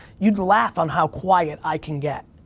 you'd laugh on how quiet i can get.